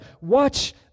Watch